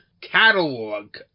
catalog